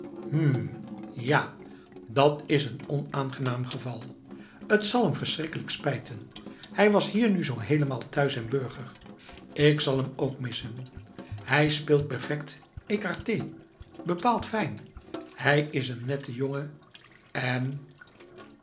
hm ja dat is een onaangenaam geval t zal hem verschrikkelijk spijten hij was hier nu zoo heelemaal thuis en burger ik zal hem ook missen hij speelt perfect écarté bepaald fijn hij is een nette jongen en